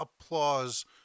applause